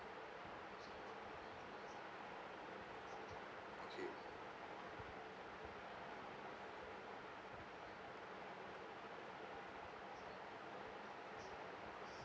okay